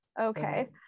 okay